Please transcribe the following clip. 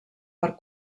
per